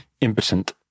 impotent